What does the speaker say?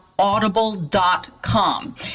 audible.com